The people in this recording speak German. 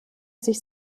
sich